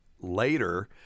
later